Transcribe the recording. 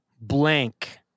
Blank